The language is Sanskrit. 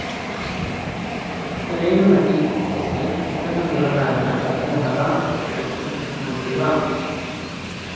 करेणुमति इत्यस्मै कृतः व्यवहारः सफलः वा इति वक्तुं शक्नोषि वा